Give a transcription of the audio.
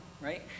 right